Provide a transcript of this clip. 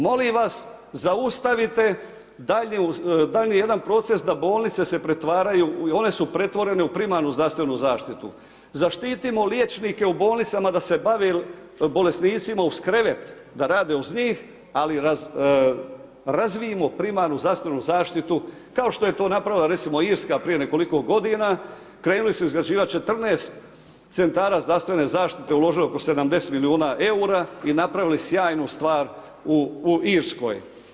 Molim vas zaustavite daljnji jedan proces da bolnice se pretvaraju one su pretvorene u primarnu zdravstvenu zaštitu, zaštitimo liječnike u bolnicama da se bave bolesnicima uz krevet da rade uz njih ali razvijmo primarnu zdravstvenu zaštitu kao što je to napravila recimo Irska prije nekoliko godina, krenuli su izgrađivat 14 centara zdravstvene zaštite, uložili oko 70 milijuna EUR-a i napravili sjajnu stvar u Irskoj.